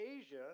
Asia